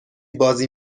بازی